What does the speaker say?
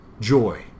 joy